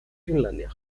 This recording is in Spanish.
finlandia